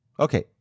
Okay